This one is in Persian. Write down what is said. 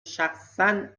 شخصا